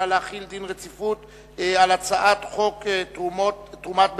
הודעת הממשלה על רצונה להחיל דין רציפות על הצעת חוק תרומת ביציות,